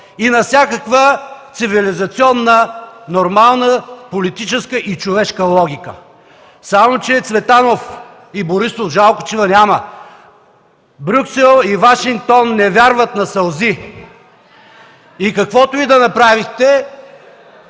и на всякаква цивилизационна, нормална, политическа и човешка логика. Само че, Цветанов и Борисов, жалко че Ви няма, Брюксел и Вашингтон не вярват на сълзи! И каквото и да направихте,